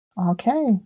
okay